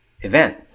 event